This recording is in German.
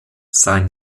sein